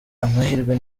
amahirwe